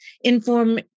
inform